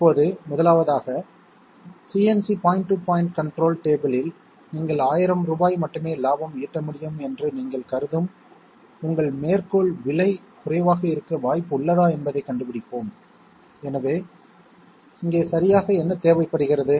இப்போது முதலாவதாக CNC point to point control table இல் நீங்கள் 1000 ரூபாய் மட்டுமே லாபம் ஈட்ட வேண்டும் என்று நீங்கள் கருதும் உங்கள் மேற்கோள் விலை குறைவாக இருக்க வாய்ப்பு உள்ளதா என்பதைக் கண்டுபிடிப்போம் எனவே இங்கே சரியாக என்ன தேவைப்படுகிறது